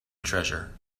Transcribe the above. treasure